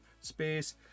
space